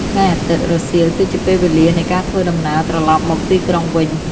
ថ្ងៃអាទិត្យរសៀលគឺជាពេលវេលានៃការធ្វើដំណើរត្រឡប់មកទីក្រុងវិញ។